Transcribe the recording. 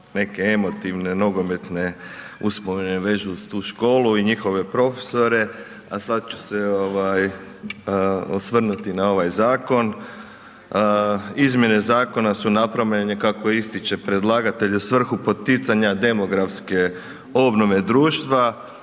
neke emotivne nogometne uspomene vežu uz tu školu i njihove profesore, a sad ću se ovaj osvrnuti na ovaj zakon. Izmjene zakona su napravljene kako ističe predlagatelj u svrhu poticanja demografske obnove društva,